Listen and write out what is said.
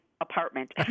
apartment